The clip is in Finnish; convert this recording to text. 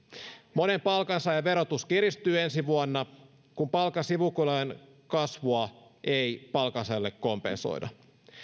monen palkansaajan verotus kiristyy ensi vuonna kun palkan sivukulujen kasvua ei palkansaajalle kompensoida